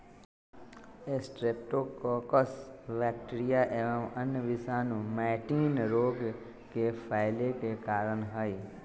streptococcus bacteria एवं अन्य विषाणु मैटिन रोग के फैले के कारण हई